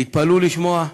תתפלאו לשמוע,